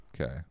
Okay